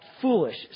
foolish